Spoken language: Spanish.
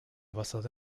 basada